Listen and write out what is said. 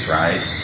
right